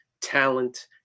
talent